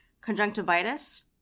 conjunctivitis